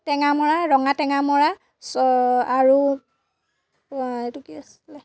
টেঙামৰা ৰঙা টেঙামৰা চ আৰু এইটো কি আছিলে